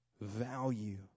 Value